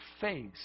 face